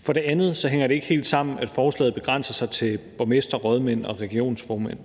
For det andet hænger det ikke helt sammen, at forslaget begrænser sig til borgmestre, rådmænd og regionsformænd.